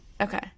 Okay